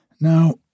Now